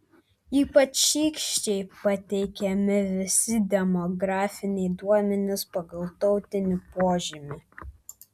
ypač šykščiai pateikiami visi demografiniai duomenys pagal tautinį požymį